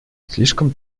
слишком